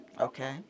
Okay